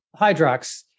Hydrox